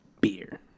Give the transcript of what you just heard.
beer